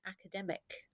academic